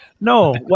No